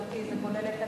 זה כולל את הליווי,